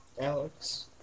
Alex